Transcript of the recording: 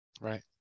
Right